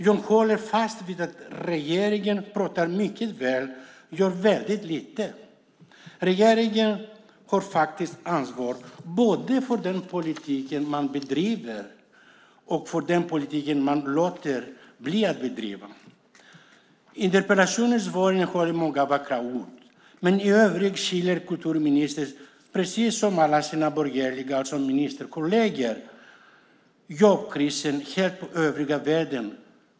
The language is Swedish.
Jag håller fast vid att regeringen pratar mycket väl och gör väldigt lite. Regeringen har faktiskt ansvar både för den politik man bedriver och för den politik man låter bli att bedriva. Interpellationssvaret innehåller många vackra ord, men i övrigt skyller kulturministern precis som alla hennes borgerliga ministerkolleger jobbkrisen helt på övriga världen.